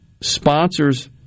sponsors